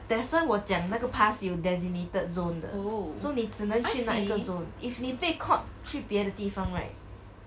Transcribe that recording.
that's why 我讲那个 pass 有 designated zone 的 so 你只能去那个 zone if 你被 caught 去别的地方 right